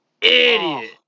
Idiot